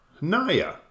Naya